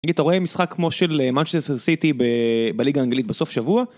נגיד, אתה רואה משחק כמו של Manchester City בליגה האנגלית בסוף שבוע?